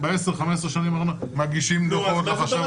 ב-15-10 שנים האחרונות מגישים דוחות לחשב הכללי.